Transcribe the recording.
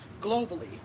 globally